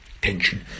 tension